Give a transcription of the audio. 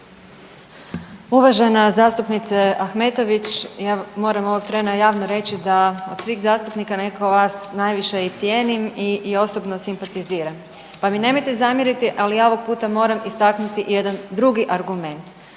Uvažena zastupnice Ahmetović, ja moram ovog trena javno reći da od svih zastupnika nekako vas i najviše cijenim i osobno simpatiziram, pa mi nemojte zamjeriti ali ja ovog puta moram istaknuti jedan drugi argument.